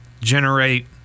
generate